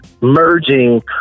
merging